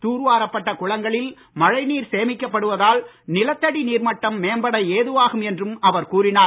தூர்வாரப்பட்ட குளங்களில் மழைநீர் சேமிக்கப்படுவதால் நிலத்தடி நீர்மட்டம் மேம்பட ஏதுவாகும் என்றும் அவர் கூறினார்